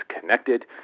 connected